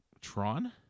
Tron